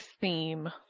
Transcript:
theme